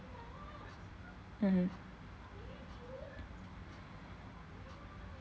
mmhmm